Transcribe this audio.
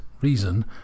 reason